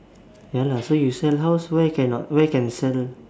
ya lah so you sell house why cannot where can sell